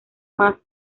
más